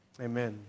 Amen